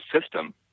system